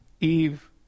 Eve